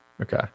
Okay